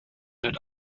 mit